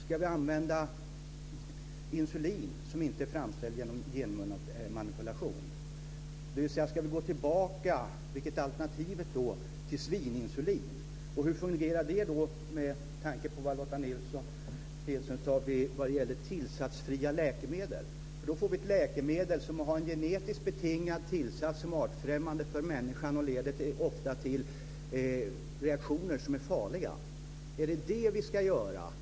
Ska vi använda insulin som inte är framställt genom genmanipulation? Ska vi gå tillbaka, vilket är alternativet, till svininsulin? Hur fungerar det med tanke på vad Lotta Nilsson-Hedström sade om tillsatsfria läkemedel? Då får vi ett läkemedel som har en genetiskt betingad tillsats som är artfrämmande för människan och ofta leder till reaktioner som är farliga. Är det detta vi ska göra?